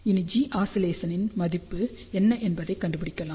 இனி Gosc இன் மதிப்பு அதிகபட்சம் என்ன என்பதைக் கண்டுபிடிக்கலாம்